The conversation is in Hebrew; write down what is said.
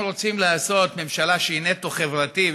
אם רוצים לעשות ממשלה שהיא נטו חברתית,